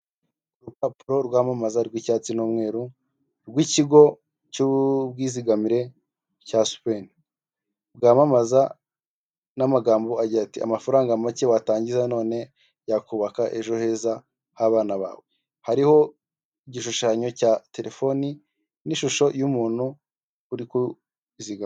Urupapuro rwamamaza rw'icyatsi n n'umweru rw'ikigo cy'ubwizigamire cya sipeni, bwamamaza n'amagambo agira ati amafaranga make watangiza none yakubaka ejo heza h'abana bawe, hariho igishushanyo cya telefoni n'ishusho y'umuntu uri kuzigama.